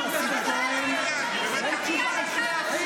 שעשיתם --- (קוראת בשמות חברי הכנסת)